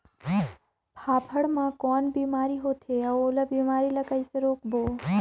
फाफण मा कौन बीमारी होथे अउ ओला बीमारी ला कइसे रोकबो?